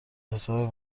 حساب